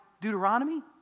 Deuteronomy